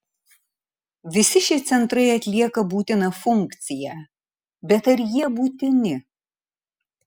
visi šie centrai atlieka būtiną funkciją bet ar jie būtini